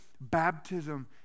baptism